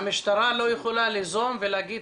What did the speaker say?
והמשטרה לא יכולה ליזום ולהגיד,